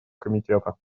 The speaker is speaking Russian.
комитета